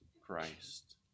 Christ